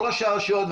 כל ראשי הרשויות,